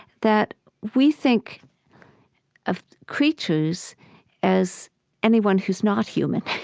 that we think of creatures as anyone who's not human